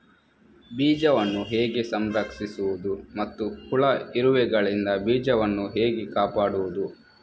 ಬೀಜವನ್ನು ಹೇಗೆ ಸಂಸ್ಕರಿಸುವುದು ಮತ್ತು ಹುಳ, ಇರುವೆಗಳಿಂದ ಬೀಜವನ್ನು ಹೇಗೆ ಕಾಪಾಡುವುದು?